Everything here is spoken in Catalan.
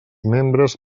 membres